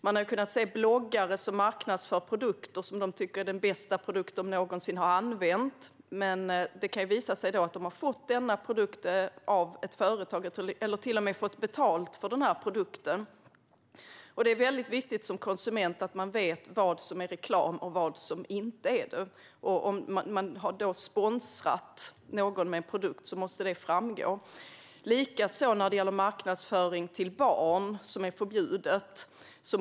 Man har kunnat se bloggare marknadsföra produkter som de tycker är den bästa produkt de någonsin har använt, men det kan visa sig att de har fått produkten av ett företag - eller till och med fått betalt. Det är viktigt att som konsument veta vad som är reklam och vad som inte är det. Har någon sponsrats med en produkt måste det framgå. Likaså måste vi reglera marknadsföring till barn, som är förbjudet.